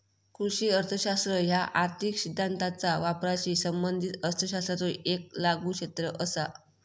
कृषी अर्थशास्त्र ह्या आर्थिक सिद्धांताचा वापराशी संबंधित अर्थशास्त्राचो येक लागू क्षेत्र असा